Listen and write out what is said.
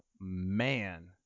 man